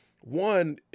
One